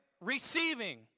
Receiving